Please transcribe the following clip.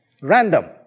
Random